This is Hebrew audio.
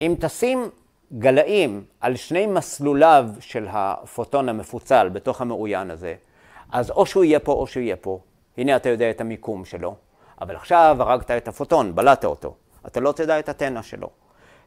אם תשים גלאים על שני מסלוליו של הפוטון המפוצל בתוך המעוין הזה, אז או שהוא יהיה פה או שהוא יהיה פה הנה אתה יודע את המיקום שלו, אבל עכשיו הרגת את הפוטון, בלעת אותו, אתה לא יודע את התנע שלו